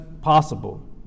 possible